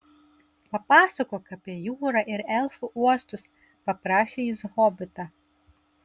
papasakok apie jūrą ir elfų uostus paprašė jis hobitą